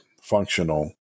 functional